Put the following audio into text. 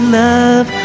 love